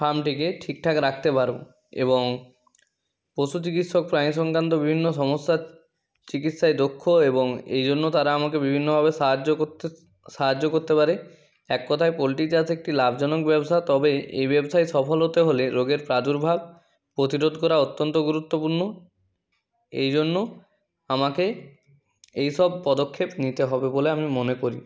ফার্মটিকে ঠিকঠাক রাখতে পারব এবং পশু চিকিৎসক প্রাণী সংক্রান্ত বিভিন্ন সমস্যার চিকিৎসায় দক্ষ এবং এই জন্য তারা আমাকে বিভিন্নভাবে সাহায্য করতে সাহায্য করতে পারে এক কথায় পোলট্রি চাষ একটি লাভজনক ব্যবসা তবে এই ব্যবসায় সফল হতে হলে রোগের প্রাদুর্ভাব প্রতিরোধ করা অত্যন্ত গুরুত্বপূর্ণ এই জন্য আমাকে এই সব পদক্ষেপ নিতে হবে বলে আমি মনে করি